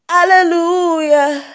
Hallelujah